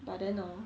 but then hor